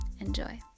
Enjoy